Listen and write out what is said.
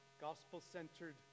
Gospel-centered